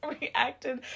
reacted